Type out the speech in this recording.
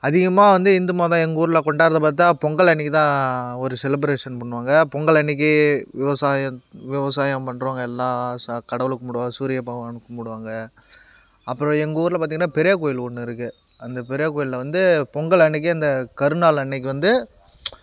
அதிகமாக வந்து இந்து மதம் எங்க ஊரில் கொண்டாடுகிறது பார்த்தா பொங்கல் அன்றைக்கு தான் ஒரு செலிப்ரேஷன் பண்ணுவாங்க பொங்கல் அன்றைக்கு விவசாயம் விவசாயம் பண்ணுறவங்க எல்லாம் கடவுளை கும்பிடுவாங்க சூரிய பகவானை கும்பிடுவாங்க அப்புறம் எங்கள் ஊரில் பார்த்திங்கனா பெரிய கோவில் ஒன்று இருக்குது அந்த பெரிய கோவிலில் வந்து பொங்கல் அன்றைக்கு அந்த கருநாள் அன்றைக்கு வந்து